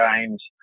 games